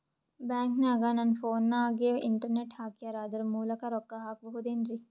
ಬ್ಯಾಂಕನಗ ನನ್ನ ಫೋನಗೆ ಇಂಟರ್ನೆಟ್ ಹಾಕ್ಯಾರ ಅದರ ಮೂಲಕ ರೊಕ್ಕ ಹಾಕಬಹುದೇನ್ರಿ?